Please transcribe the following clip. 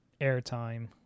airtime